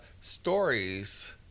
stories